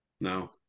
No